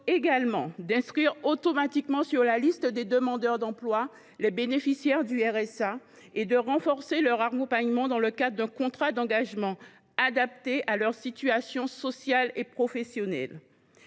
également d’inscrire automatiquement sur la liste des demandeurs d’emploi les bénéficiaires du RSA et de renforcer leur accompagnement dans le cadre d’un contrat d’engagement adapté à leur situation sociale et professionnelle.